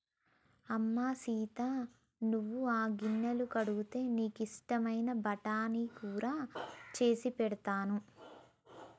అమ్మ సీత నువ్వు ఆ గిన్నెలు కడిగితే నీకు ఇష్టమైన బఠానీ కూర సేసి పెడతాను